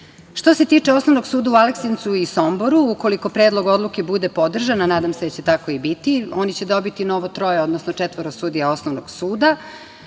se tiče Osnovnog suda u Aleksincu i Somboru, ukoliko Predlog odluke bude podržan, a nadam se da će tako i biti, oni će dobiti novo troje, odnosno četvoro sudija osnovnog suda.